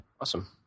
Awesome